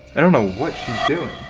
i don't know what she's doing.